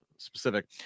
specific